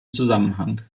zusammenhang